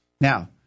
Now